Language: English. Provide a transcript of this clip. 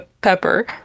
pepper